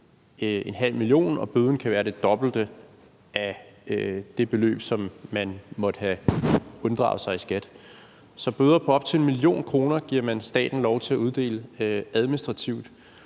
til 0,5 mio. kr., og bøden kan være det dobbelte af det beløb, som man måtte have unddraget sig i skat. Så bøder på op til 1 mio. kr. giver man staten lov til at uddele administrativt.